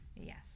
Yes